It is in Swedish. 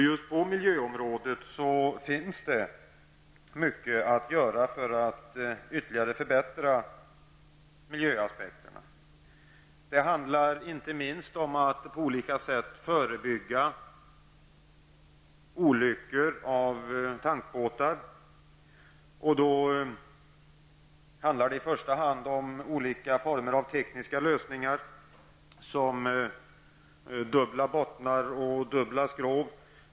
Just på miljöområdet finns det mycket som kan förbättras. Det handlar inte minst om att på olika sätt förebygga olyckor med tankbåtar. Då rör det sig i första hand om olika former av tekniska lösningar, t.ex. dubbla bottnar och dubbla skrov.